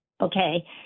Okay